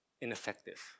ineffective